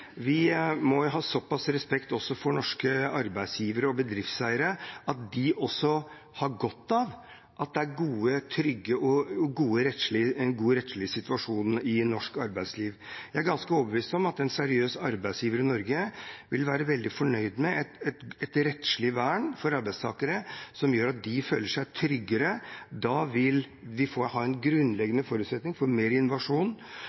Vi må ha såpass respekt også for norske arbeidsgivere og bedriftseiere at også de har godt av at det er en god og trygg rettslig situasjon i norsk arbeidsliv. Jeg er ganske overbevist om at en seriøs arbeidsgiver i Norge vil være veldig fornøyd med et rettslig vern for arbeidstakere som gjør at de føler seg tryggere. Da vil de ha en